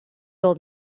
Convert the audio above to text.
old